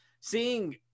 seeing